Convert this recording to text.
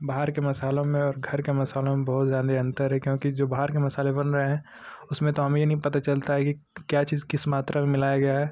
बाहर के मसालों में और घर के मसालों में बहुत ज्यादे अंतर है क्योंकि जो बाहर के मसाले बन रहे हैं उसमें तो हमें ये नहीं पता चलता है कि क्या चीज़ किस मात्रा में मिलाया गया है